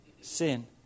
Sin